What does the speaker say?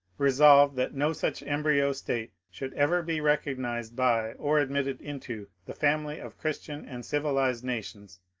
besolved, that no such embryo state should ever be recog nized by, or admitted into, the family of christian and civil ized nations,